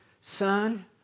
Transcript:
son